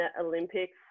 Olympics